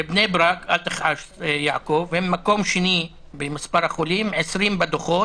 בבני ברק נמצאים במקום השני במספר החולים ובמקום 20 בדוחות,